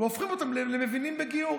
והופכים אותם למבינים בגיור.